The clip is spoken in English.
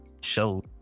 show